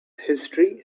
history